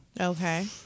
Okay